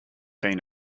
been